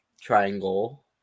triangle